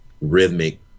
rhythmic